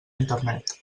internet